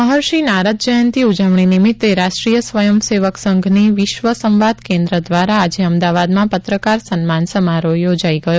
મહર્ષિ નારદ જયંતિ ઉજવણી નિમિત્તે રાષ્ટ્રીય સ્વયં સેવક સંઘની વિશ્વ સંવાદ કેન્દ્ર દ્વારા આજે અમદાવાદમાં પત્રકાર સન્માન સમારોહ યોજાઈ ગયો